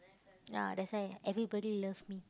ya that's why everybody love me